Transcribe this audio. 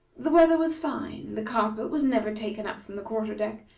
the weather was fine, the carpet was never taken up from the quarter-deck,